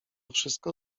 wszystko